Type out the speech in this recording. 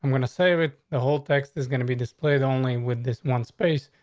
um gonna say with the whole text is gonna be displayed only with this one space.